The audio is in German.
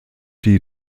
die